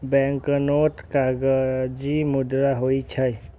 banknote कागजी मुद्रा होइ छै